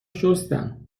شستم